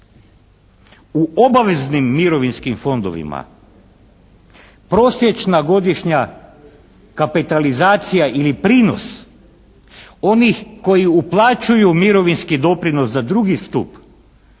u obaveznim mirovinskim fondovima prosječna godišnja kapitalizacija ili prinos onih koji uplaćuju mirovinske doprinos za drugi stup,